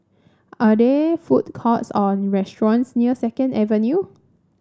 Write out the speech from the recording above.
are there food courts or restaurants near Second Avenue